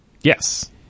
Yes